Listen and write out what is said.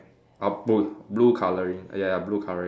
uh blue blue colouring ah ya ya blue colouring